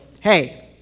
hey